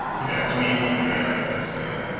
yeah let me let me ah expand